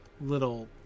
little